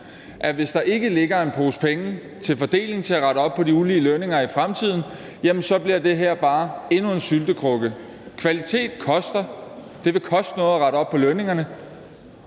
altså hvis der ikke ligger en pose penge til fordeling til at rette op på de ulige lønninger i fremtiden, bliver det her bare endnu en syltekrukke. Kvalitet koster. Det vil koste noget at rette op på lønningerne,